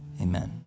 Amen